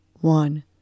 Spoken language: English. One